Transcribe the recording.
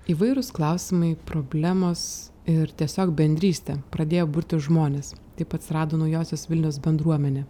įvairūs klausimai problemos ir tiesiog bendrystė pradėjo burtis žmonės taip atsirado naujosios vilnios bendruomenė